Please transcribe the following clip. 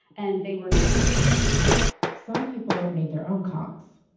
and they were not safe some people made their own conks,